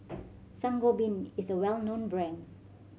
Sangobion is a well known brand